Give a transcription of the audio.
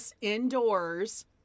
indoors